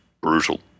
brutal